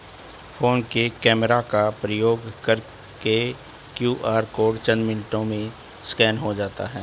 phone के camera का प्रयोग करके क्यू.आर कोड चंद मिनटों में स्कैन हो जाता है